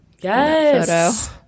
Yes